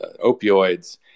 opioids